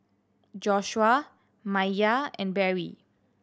Joshuah Maiya and Barrie